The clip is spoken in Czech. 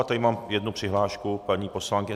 A tady mám jednu přihlášku paní poslankyně...